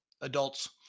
adults